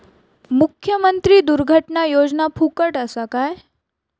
मुख्यमंत्री दुर्घटना योजना फुकट असा काय?